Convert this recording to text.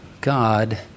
God